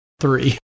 three